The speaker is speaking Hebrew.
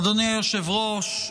אדוני היושב-ראש,